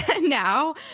now